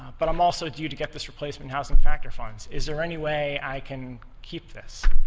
but i'm also due to get this replacement housing factor funds, is there any way i can keep this,